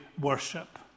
worship